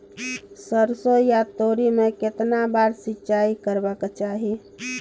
सरसो या तोरी में केतना बार सिंचाई करबा के चाही?